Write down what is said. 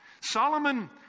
Solomon